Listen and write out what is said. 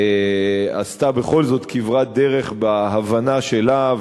ישראל עשתה בכל זאת כברת דרך בהבנה שלה,